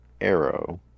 arrow